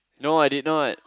no I did not